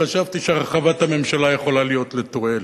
חשבתי שהרחבת הממשלה יכולה להיות לתועלת.